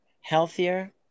healthier